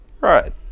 Right